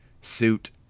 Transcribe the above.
suit